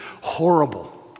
horrible